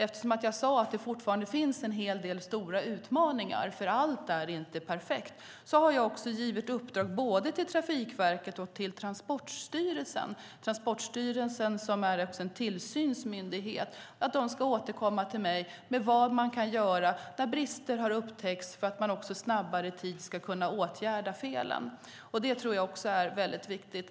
Eftersom jag sade att det fortfarande finns en hel del stora utmaningar eftersom allt inte är perfekt har jag gett uppdrag både till Trafikverket och till Transportstyrelsen - Transportstyrelsen är en tillsynsmyndighet - att de ska återkomma till mig med vad man kan göra när brister har upptäckts för att man snabbare ska kunna åtgärda felen. Det tror jag är mycket viktigt.